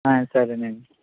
ఆయి సరేనండి